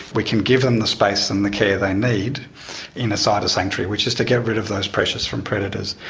we can give them the space and the care they need inside a sort of sanctuary, which is to get rid of those pressures from predators.